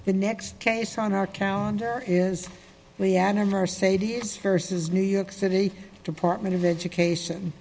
the next case on our calendar is reanna mercedes versus new york city department of education